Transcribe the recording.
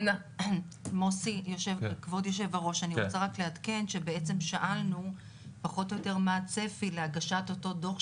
לא היתה מודעות לכך שבמתחם הזה קיימים מבנים תת קרקעיים וזה חשוב